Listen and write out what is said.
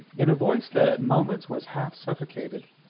in a voice that at moments was half suffocated.